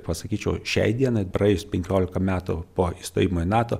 pasakyčiau šiai dienai praėjus penkiolika metų po įstojimo į nato